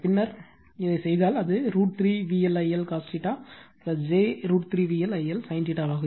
பின்னர் இதைச் செய்தால் அது √ 3 VL I L cos j √ 3 VL I L sin ஆக இருக்கும்